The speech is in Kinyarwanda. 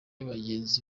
bagenzi